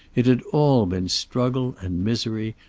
it had all been struggle and misery,